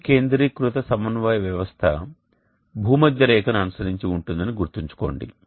భూమి కేంద్రీకృత సమన్వయ వ్యవస్థ భూమధ్య రేఖ ను అనుసరించి ఉంటుందని గుర్తుంచుకోండి